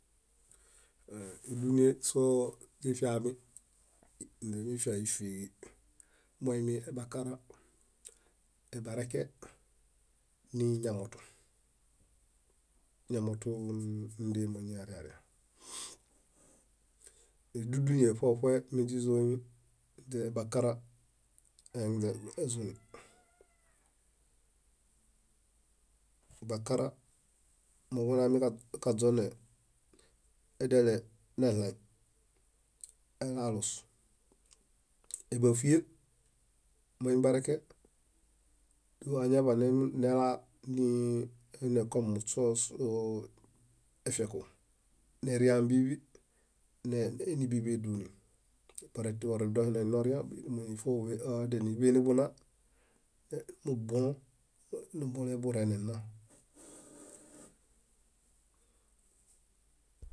. Ídunie soźifiami źimifia ífiiġi, moini ebakara, ebareke ni eñamotu ñamotun ñíndema ñiriãriã. Edudunie ṗoeṗoe móźizoemi, ebakara eɦaŋinzezuni. Bakara moġunami kaźonee ediale neɭãi enaalus ébapie moimi ebareke, doeñaḃanela timi muśõs efeku, neriã biḃi ebubui éduni, eadiḃe nibuna nebune neleḃurene ɭã